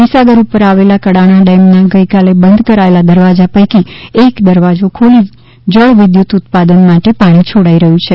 મહીસાગર ઉપર આવેલા કડાણા ડેમના ગઈકાલે બંધ કરાયેલા દરવાજા પૈકી એક ગેટ ખોલી જળ વિદ્યુત ઉત્પાદન માટે પાણી છોડાઈ રહ્યું છે